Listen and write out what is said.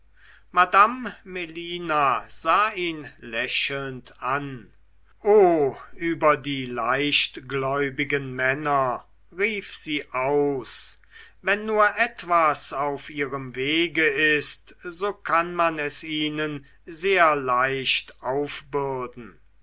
madame melina sah ihn lächelnd an o über die leichtgläubigen männer rief sie aus wenn nur etwas auf ihrem wege ist so kann man es ihnen sehr leicht aufbürden